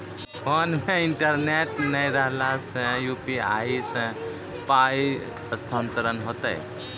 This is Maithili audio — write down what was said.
फोन मे इंटरनेट नै रहला सॅ, यु.पी.आई सॅ पाय स्थानांतरण हेतै?